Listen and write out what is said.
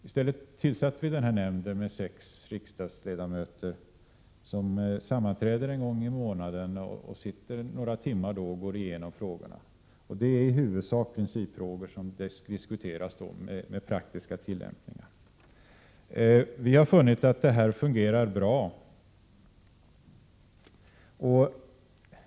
I stället tillsattes denna nämnd med sex riksdagsledamöter som sammanträder en gång i månaden under några timmar och går igenom frågorna. I huvudsak är det principfrågor som diskuteras, med praktiska tillämpningar. Vi har funnit att detta fungerar bra.